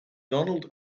donald